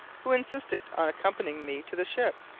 who insisted on accompanying me to the ship,